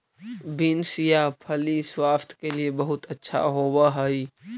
beans या फली स्वास्थ्य के लिए बहुत अच्छा होवअ हई